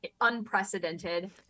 unprecedented